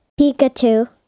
Pikachu